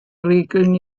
regeln